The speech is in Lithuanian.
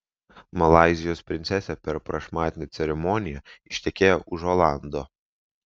malaizijos princesė per prašmatnią ceremoniją ištekėjo už olando